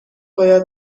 باید